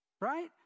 Right